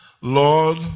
Lord